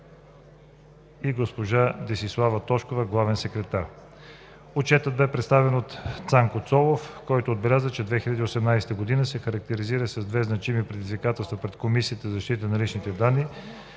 и госпожа Десислава Тошкова – главен секретар. Отчетът бе представен от Цанко Цолов, който отбеляза, че 2018-а година се характеризира с две значими предизвикателства пред Комисията за защита на личните данни